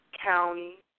county